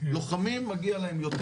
לוחמים מגיע להם יותר.